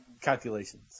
calculations